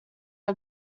are